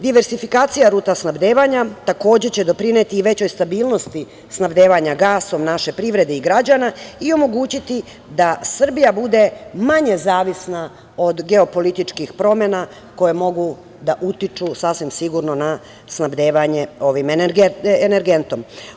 Diversifikacija ruta snabdevanja, takođe će doprineti i većoj stabilnosti, snabdevanja gasom naše privrede i građana i omogućiti da Srbija bude manje zavisna od geopolitičkih promena, koje mogu da utiču sasvim sigurno na snabdevanje ovim energentom.